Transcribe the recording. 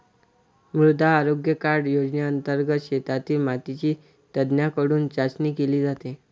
मृदा आरोग्य कार्ड योजनेंतर्गत शेतातील मातीची तज्ज्ञांकडून चाचणी केली जाते